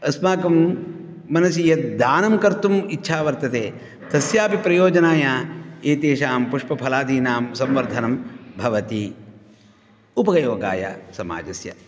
अस्माकं मनसि यद्दानं कर्तुम् इच्छा वर्तते तस्यापि प्रयोजनाय एतेषां पुष्पफलादीनां सम्वर्धनं भवति उपयोगाय समाजस्य